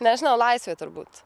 nežinau laisvė turbūt